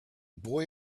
boy